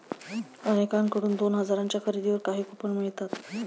अनेकांकडून दोन हजारांच्या खरेदीवर काही कूपन मिळतात